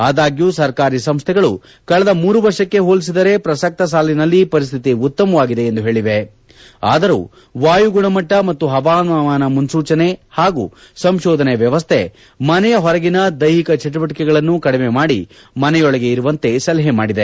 ಆದಾಗ್ಲೂ ಸರ್ಕಾರಿ ಸಂಸ್ಥೆಗಳು ಕಳೆದ ಮೂರು ವರ್ಷಕ್ಕೆ ಹೋಲಿಸಿದರೆ ಪ್ರಸಕ್ತ ಸಾಲಿನಲ್ಲಿ ಪರಿಸ್ತಿತಿ ಉತ್ತಮವಾಗಿದೆ ಎಂದು ಹೇಳಿವೆ ಆದರೂ ವಾಯು ಗುಣಮಟ್ನ ಮತ್ತು ಹವಾಮಾನ ಮುನೂಚನೆ ಹಾಗೂ ಸಂಶೋಧನೆ ವ್ಯವಸ್ನೆ ಮನೆಯ ಹೊರಗಿನ ದೈಹಿಕ ಚಟುವಟಕೆಗಳನ್ನು ಕಡಿಮೆ ಮಾಡಿ ಮನೆಯೊಳಗೆ ಇರುವಂತೆ ಸಲಹೆ ಮಾಡಿದೆ